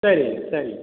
சரிங்க சரிங்க